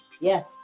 Yes